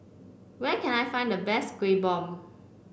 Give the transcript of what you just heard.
where can I find the best Kueh Bom